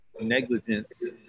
negligence